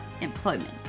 employment